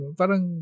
parang